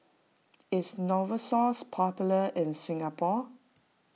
is Novosource popular in Singapore